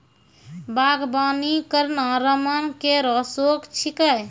बागबानी करना रमन केरो शौक छिकै